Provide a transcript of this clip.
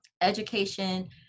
education